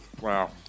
Wow